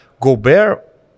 Gobert